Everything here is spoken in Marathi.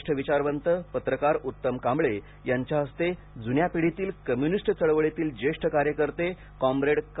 ज्येष्ठ विचारवंत पत्रकार उत्तम कांबळे यांच्या हस्ते जुन्या पिढीतील कम्युनिस्ट चळवळीतील जेष्ठ कार्यकर्ते कॉम्रेड का